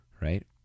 right